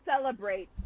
celebrate